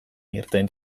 irten